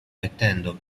mettendo